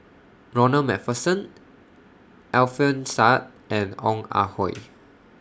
Ronald MacPherson Alfian Sa'at and Ong Ah Hoi